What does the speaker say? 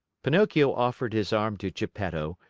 pinocchio offered his arm to geppetto,